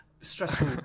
stressful